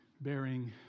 bearing